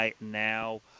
now